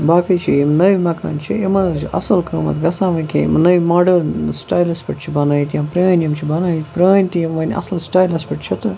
باقٕے چھِ یِم نٔوۍ مکان چھِ یِمَن حظ چھِ اَصٕل قۭمَتھ گژھان وۄنۍ کینٛہہ یِم نٔوۍ ماڈٔرٕن سٕٹایلَس پٮ۪ٹھ چھِ بَنٲیِتھ یِم پرٛٲنۍ یِم چھِ بنٲیِتھ پرٛٲنۍ تہِ یِم وۄنۍ اَصٕل سٕٹایلَس پٮ۪ٹھ چھِ تہٕ